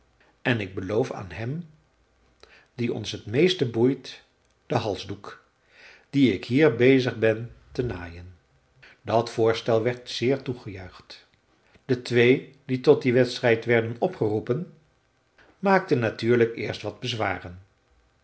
en ik beloof aan hem die ons t meeste boeit den halsdoek dien ik hier bezig ben te naaien dat voorstel werd zeer toegejuicht de twee die tot dien wedstrijd werden opgeroepen maakten natuurlijk eerst wat bezwaren